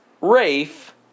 Rafe